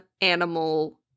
animal